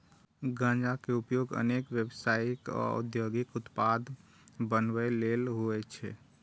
गांजा के उपयोग अनेक व्यावसायिक आ औद्योगिक उत्पाद बनबै लेल होइ छै